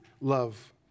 love